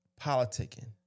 politicking